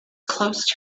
close